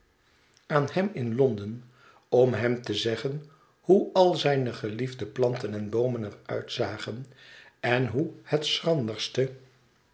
hem in londen om hem te zeggen hoe al zijne geliefde planten en boomen er uitzagen en hoe het